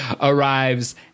arrives